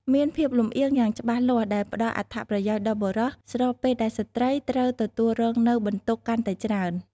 មានភាពលម្អៀងយ៉ាងច្បាស់លាស់ដែលផ្ដល់អត្ថប្រយោជន៍ដល់បុរស ស្របពេលដែលស្ត្រីត្រូវទទួលរងនូវបន្ទុកកាន់តែច្រើន។